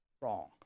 wrong